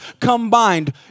combined